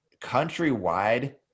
countrywide